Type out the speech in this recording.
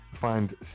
find